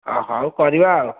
ଅ ହଉ କରିବା ଆଉ